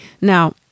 now